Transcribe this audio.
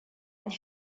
and